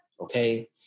okay